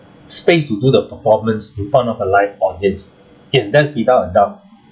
space to do the performance in front of a live audience yes that's without a doubt